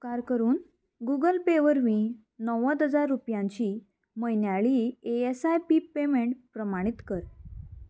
उपकार करून Google Pay वरवीं णव्वद हजार रुपयांची म्हयन्याळी A S I P payment प्रमाणीत कर